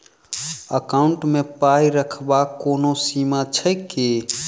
Account मे पाई रखबाक कोनो सीमा छैक की?